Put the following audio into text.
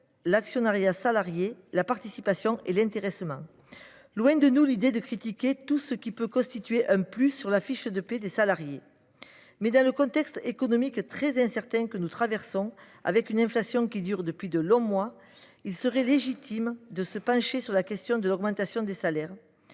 l’actionnariat salarié, la participation et l’intéressement. Loin de nous l’idée de critiquer tout ce qui peut constituer un plus sur la fiche de paie des salariés. Mais, dans le contexte économique très incertain que nous connaissons, alors que l’inflation perdure depuis des mois, il serait légitime de se pencher sur la question de l’augmentation des salaires.